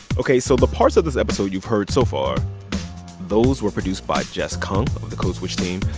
ok, so the parts of this episode you've heard so far those were produced by jess kung of the code switch team,